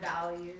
values